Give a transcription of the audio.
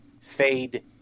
fade